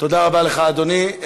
תודה רבה לך, אדוני.